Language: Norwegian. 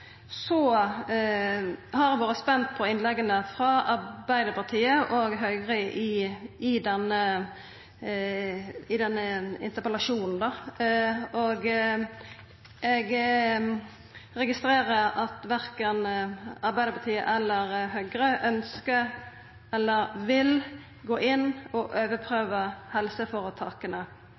har kome lenger. Eg har vore spent på innlegga frå Arbeidarpartiet og Høgre i denne interpellasjonsdebatten. Eg registrerer at verken Arbeidarpartiet eller Høgre ønskjer å gå inn og overprøva helseføretaka.